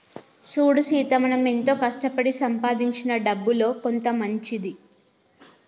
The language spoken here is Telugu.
సూడు సీత మనం ఎంతో కష్టపడి సంపాదించిన డబ్బులో కొంత మంచిది